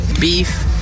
beef